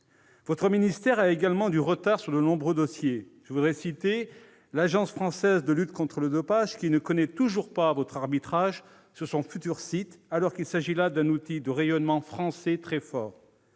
Votre ministère a également du retard sur de nombreux dossiers. L'Agence française de lutte contre le dopage ne connaît toujours pas votre arbitrage sur son futur site, alors qu'il s'agit là d'un outil de rayonnement français très fort.